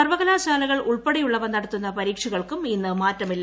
സർവകലാശാലകുൾ ഉൾപ്പെടെയുള്ളവ നടത്തുന്ന പരീക്ഷകൾക്കും ഇന്നു മാറ്റമില്ല